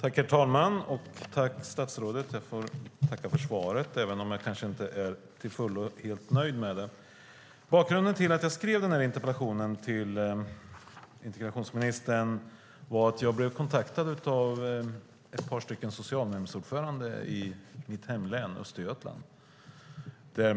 Herr talman! Jag får tacka statsrådet för svaret, även om jag kanske inte är till fullo nöjd med det. Bakgrunden till att jag skrev den här interpellationen till integrationsministern är att jag blev kontaktad av ett par socialnämndsordförande i mitt hemlän Östergötland.